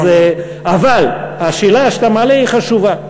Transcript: אבל השאלה שאתה מעלה היא חשובה.